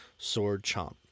swordchomp